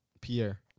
Pierre